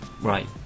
Right